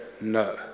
no